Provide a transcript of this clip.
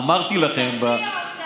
אמרתי לכם, תפתיע אותנו.